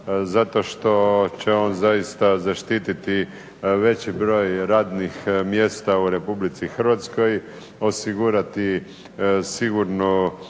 zato što će on zaista zaštititi veći broj radnih mjesta u Republici Hrvatskoj, osigurati sigurnu